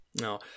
No